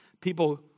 people